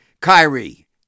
Kyrie